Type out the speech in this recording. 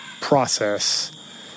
process